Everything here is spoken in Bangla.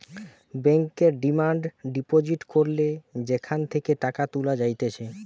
ব্যাংকে ডিমান্ড ডিপোজিট করলে সেখান থেকে টাকা তুলা যাইতেছে